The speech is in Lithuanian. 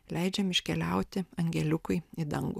leidžiam iškeliauti angeliukui į dangų